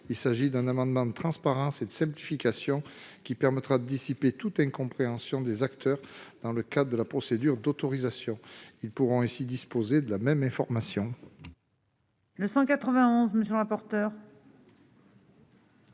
Il s'agit d'un amendement de transparence et de simplification, dont l'adoption permettra de dissiper toute incompréhension des acteurs dans le cadre de la procédure d'autorisation. Ainsi, ces derniers disposeront tous de la même information.